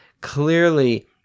clearly